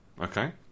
Okay